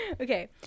okay